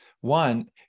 One